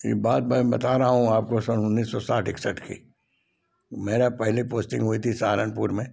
एक बात मैं बता रहा हूँ आपको सन उन्नीस सौ साठ इकसठ की मेरा पहले पोस्टिंग हुई थी सहारनपुर में